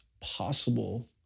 possible